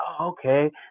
okay